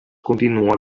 continuó